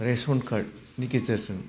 ration कार्टनि गेजेरजों